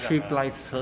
three ply sur~